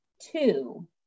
two